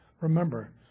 Remember